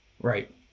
Right